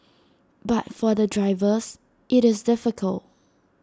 but for the drivers IT is difficult